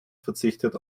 verzichtet